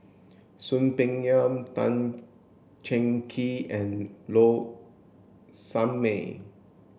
Soon Peng Yam Tan Cheng Kee and Low Sanmay